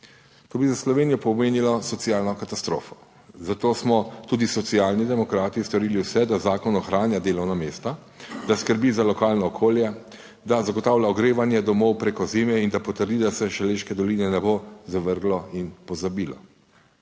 To bi za Slovenijo pomenilo socialno katastrofo, zato smo tudi Socialni demokrati storili vse, da zakon ohranja delovna mesta, da skrbi za lokalno okolje, da zagotavlja ogrevanje domov preko zime in da potrdi, da se Šaleške doline ne bo zavrglo in pozabilo.